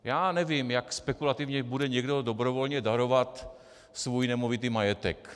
Já nevím, jak spekulativně bude někdo dobrovolně darovat svůj nemovitý majetek.